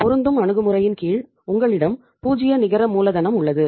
பொருந்தும் அணுகுமுறையின் கீழ் உங்களிடம் பூஜ்ஜிய நிகர மூலதனம் உள்ளது